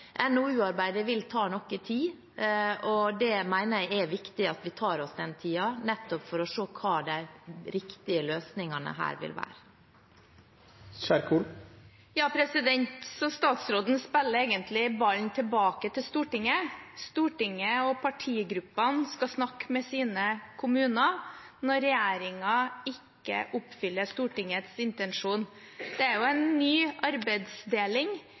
vil ta noe tid, men jeg mener det er viktig at vi tar oss den tiden for å se hva de riktige løsningene her vil være. Så statsråden spiller egentlig ballen tilbake til Stortinget. Stortinget og partigruppene skal snakke med sine kommuner når regjeringen ikke oppfyller Stortingets intensjon. Dette er en ny arbeidsdeling.